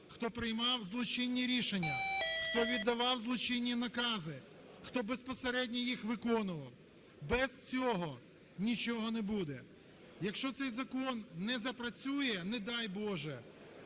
хто приймав злочинні рішення, хто віддавав злочинні накази, хто безпосередньо їх виконував, без цього нічого не буде. Якщо цей закон не запрацює, не дай боже,